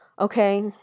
Okay